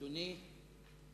אדוני.